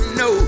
no